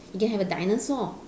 you can have a dinosaur